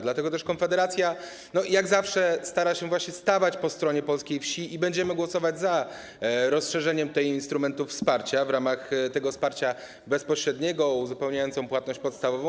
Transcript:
Dlatego też Konfederacja jak zawsze stara się stawać po stronie polskiej wsi i będziemy głosować za rozszerzeniem instrumentów wsparcia w ramach wsparcia bezpośredniego, uzupełniającego płatność podstawową.